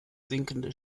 sinkende